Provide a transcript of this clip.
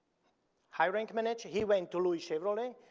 high-rank manager, he went to louis chevrolet,